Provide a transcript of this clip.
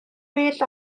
well